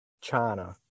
China